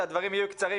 שהדברים יהיו קצרים,